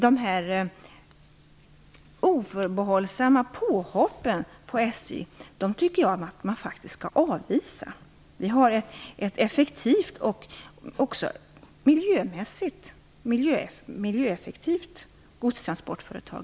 De här oförbehållsamma påhoppen på SJ tycker jag att man faktiskt skall avvisa. Vi har i SJ ett effektivt och även miljöanpassat godstransportföretag.